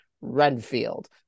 Renfield